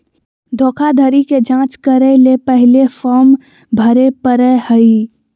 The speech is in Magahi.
धोखाधड़ी के जांच करय ले पहले फॉर्म भरे परय हइ